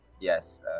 yes